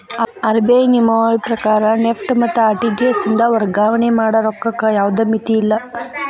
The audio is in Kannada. ಆರ್.ಬಿ.ಐ ನಿಯಮಾವಳಿ ಪ್ರಕಾರ ನೆಫ್ಟ್ ಮತ್ತ ಆರ್.ಟಿ.ಜಿ.ಎಸ್ ಇಂದ ವರ್ಗಾವಣೆ ಮಾಡ ರೊಕ್ಕಕ್ಕ ಯಾವ್ದ್ ಮಿತಿಯಿಲ್ಲ